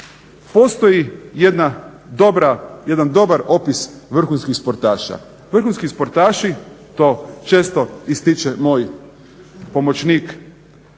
Postoji jedan dobar opis vrhunskih sportaša, vrhunski sportaši to često ističe moj pomoćnik